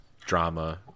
drama